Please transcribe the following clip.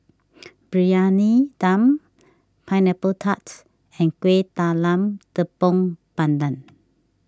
Briyani Dum Pineapple Tarts and Kuih Talam Tepong Pandan